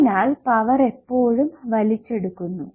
അതിനാൽ പവർ എപ്പോഴും വലിച്ചെടുക്കുന്നു